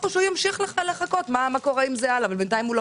מצב שאנחנו לא